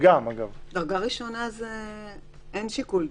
בדרגה ראשונה אין שיקול דעת.